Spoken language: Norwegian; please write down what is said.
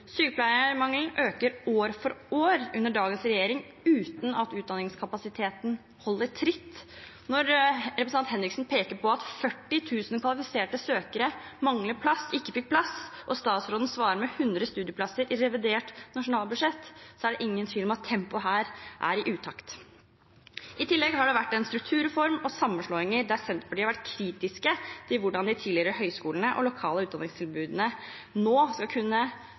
Sykepleiermangelen øker år for år under dagens regjering, uten at utdanningskapasiteten holder tritt. Når representanten Henriksen peker på at 40 000 kvalifiserte søkere mangler plass – ikke fikk plass – og statsråden svarer med 100 studieplasser i revidert nasjonalbudsjett, er det ingen tvil om at tempoet her er i utakt. I tillegg har det vært en strukturreform og sammenslåinger der Senterpartiet har vært kritiske til hvordan de tidligere høyskolene og lokale utdanningstilbudene nå skal kunne